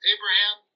Abraham